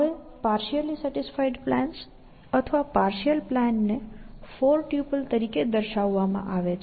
હવે partially specified plans અથવા partial plan ને ફોર ટ્યુપલ તરીકે દર્શાવવામાં આવે છે